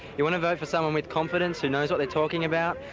you want to vote for someone with confidence, who knows what they're talking about,